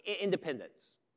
independence